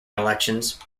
elections